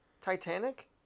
Titanic